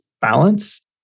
balance